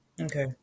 Okay